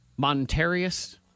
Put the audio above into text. Monterius